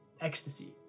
ecstasy